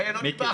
רגע, לא דיברתי.